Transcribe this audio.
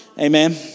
Amen